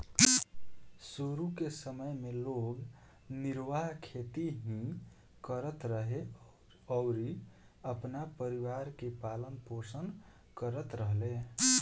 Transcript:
शुरू के समय में लोग निर्वाह खेती ही करत रहे अउरी अपना परिवार के पालन पोषण करत रहले